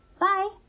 Bye